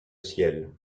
ciel